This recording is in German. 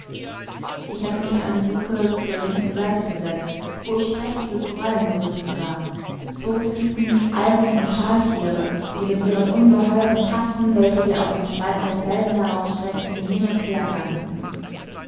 ich hatte mich an die lucke zur linken seite gesetzt wo ich prächtige korallengerüste sah zoophyten algen und schalthiere die mit ihren ungeheuren tatzen welche sie aus den spalten der felsen herausstreckten hin und her langten